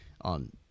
on